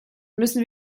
müssen